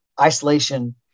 isolation